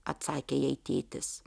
atsakė jai tėtis